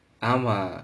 ஆமா:aamaa